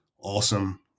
awesome